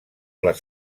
les